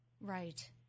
right